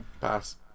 Pass